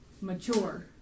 mature